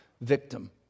victim